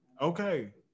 Okay